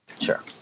Sure